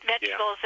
vegetables